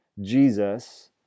Jesus